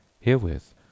Herewith